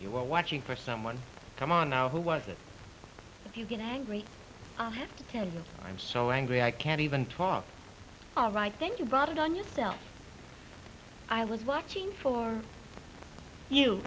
you were watching for someone come on now who was that if you get angry i have no i'm so angry i can't even talk all right i think you brought it on yourself i was watching for you